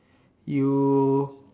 you